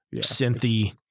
Cynthia